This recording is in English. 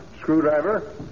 screwdriver